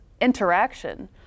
interaction